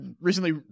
recently